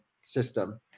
system